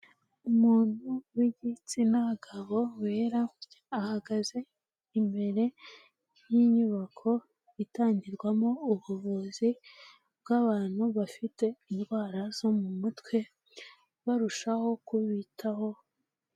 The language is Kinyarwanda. Umuntu w'igitsina gabo wera ahagaze imbere y'inyubako itangirwamo ubuvuzi bw'abantu bafite indwara zo mu mutwe, barushaho kubitaho.